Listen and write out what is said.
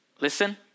Listen